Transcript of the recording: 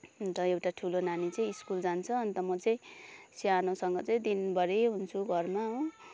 अन्त एउटा ठुलो नानी चाहिँ स्कुल जान्छ अन्त म चाहिँ सानोसँग चाहिँ दिनभरी हुन्छु घरमा हो